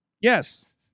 Yes